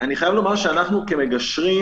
אנחנו כמגשרים